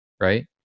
right